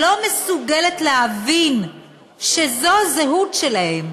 לא מסוגלת להבין שזאת הזהות שלהם,